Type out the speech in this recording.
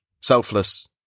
selfless